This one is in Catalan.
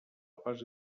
fase